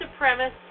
supremacist